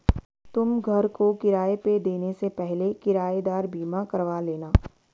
तुम घर को किराए पे देने से पहले किरायेदार बीमा करवा लेना